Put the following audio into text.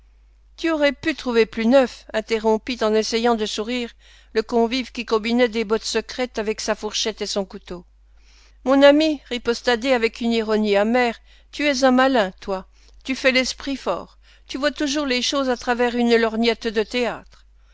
tu aurais pu trouver plus neuf interrompit en essayant de sourire le convive qui combinait des bottes secrètes avec sa fourchette et son couteau mon ami riposta d avec une ironie amère tu es un malin toi tu fais l'esprit fort tu vois toujours les choses à travers une lorgnette de théâtre